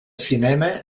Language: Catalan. cinema